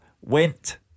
went